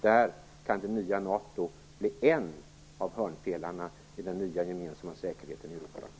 Där kan det nya NATO bli en av hörnpelarna i den nya, gemensamma säkerheten i Europa.